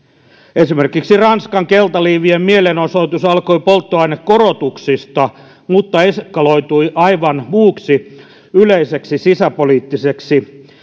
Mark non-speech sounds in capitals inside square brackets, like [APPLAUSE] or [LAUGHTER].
esimerkiksi ranskan keltaliivien mielenosoitus alkoi polttoaineen hinnan korotuksista mutta eskaloitui aivan muuksi yleiseksi sisäpoliittiseksi [UNINTELLIGIBLE]